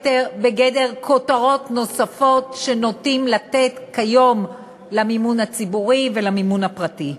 כותרות נוספות שנוטים לתת כיום למימון הציבורי ולמימון הפרטי.